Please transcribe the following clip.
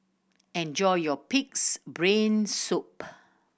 enjoy your Pig's Brain Soup